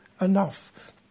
enough